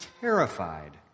terrified